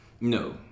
No